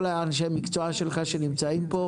כל אנשי המקצוע שלך שנמצאים כאן,